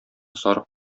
сарык